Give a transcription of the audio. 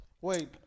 Wait